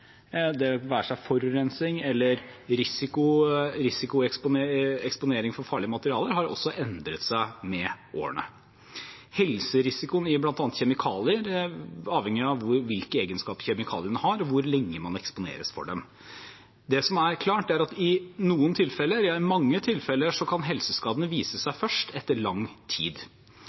det være seg forurensning, risiko og eksponering for farlige materialer, også har endret seg med årene. Helserisikoen forbundet med bl.a. kjemikalier avhenger av hvilke egenskaper kjemikaliene har, og hvor lenge man eksponeres for dem. Det som er klart, er at i noen tilfeller – ja, i mange tilfeller – kan helseskadene vise seg først etter lang tid.